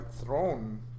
throne